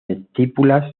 estípulas